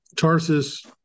Tarsus